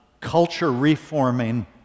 culture-reforming